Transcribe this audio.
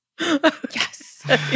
Yes